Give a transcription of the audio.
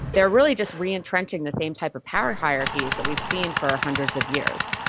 they are really just re-entrenching the same type of power hierarchies that we've seen for hundreds of years.